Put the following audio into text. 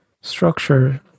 Structure